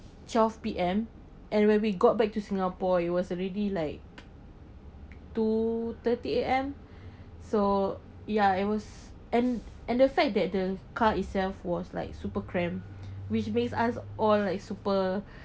twelve P_M and when we got back to singapore it was already like two thirty A_M so ya it was and and the fact that the car itself was like super cramp which makes us all like super